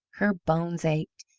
her bones ached,